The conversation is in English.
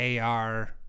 AR